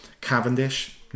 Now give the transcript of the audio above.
Cavendish